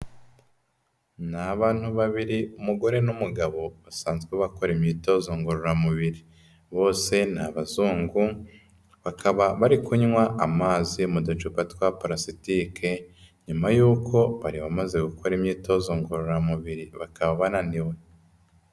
Ni abantu babiri, umugore n'umugabo basanzwe bakora imyitozo ngororamubiri, bose ni abazungu bakaba bari kunywa amazi mu ducupa twa palasitike, nyuma y'uko bari bamaze gukora imyitozo ngororamubiri bakaba bananiwe.